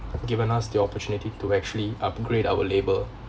given us the opportunity to actually upgrade our labour